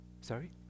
Sorry